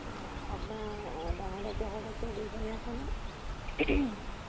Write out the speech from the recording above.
অঁ আপোনাৰ ডাঙৰ ট্ৰেক্টৰ সৰু ট্ৰেক্টৰ দুইজনেই আছেনে